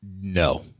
no